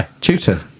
tutor